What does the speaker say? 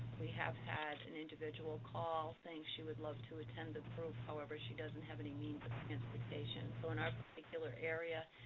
we have had an individual call, saying she would love to attend the group. however, she doesn't have any means of transportation. so in our particular area,